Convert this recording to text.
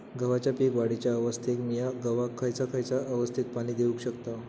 गव्हाच्या पीक वाढीच्या अवस्थेत मिया गव्हाक खैयचा खैयचा अवस्थेत पाणी देउक शकताव?